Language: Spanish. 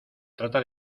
trata